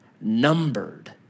numbered